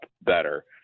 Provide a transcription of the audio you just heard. better